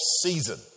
season